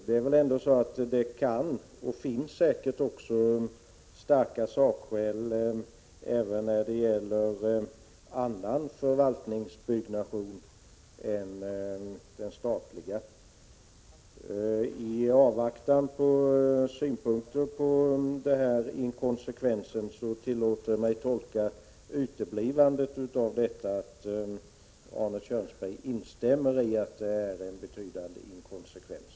Det finns säkert starka sakskäl även för annan förvaltningsbyggnation än den statliga. I avvaktan på synpunkter på den inkonsekvensen tillåter jag mig att tolka Arne Kjörnsbergs tystnad på den punkten så, att han instämmer i att detta är mycket inkonsekvent.